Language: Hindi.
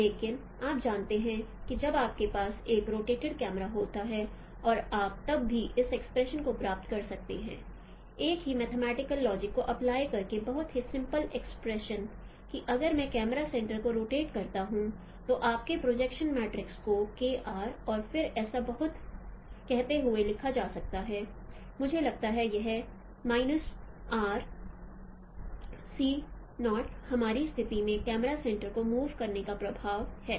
लेकिन आप जानते हैं कि जब आपके पास एक रोटेटिड कैमरा होता है और आप तब भी इस एक्सप्रेशन को प्राप्त कर सकते हैं एक ही मैथेमैटिकल लॉजिक को अप्लाई करके बहुत ही सिम्पल एक्सप्रेशन कि अगर मैं कैमरा सेंटर को रोटेट करता हूं तो आपके प्रोजेक्शन मैट्रिक्स को KR और फिर ऐसा कहते हुए लिखा जा सकता है मुझे लगता है यह हमारी स्थिति में कैमरा सेंटर को मूव करने का प्रभाव है